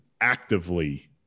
actively